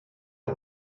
est